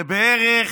זה בערך